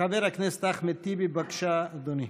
חבר הכנסת אחמד טיבי, בבקשה, אדוני.